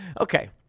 Okay